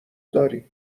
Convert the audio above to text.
درای